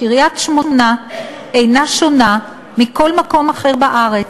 קריית-שמונה אינה שונה מכל מקום אחר בארץ.